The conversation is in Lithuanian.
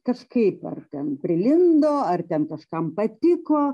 kažkaip ar ten prilindo ar ten kažkam patiko